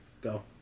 Go